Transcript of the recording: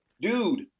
Dude